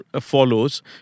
follows